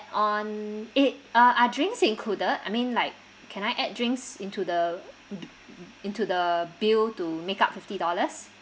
on it uh are drinks included I mean like can I add drinks into the into the bill to make up fifty dollars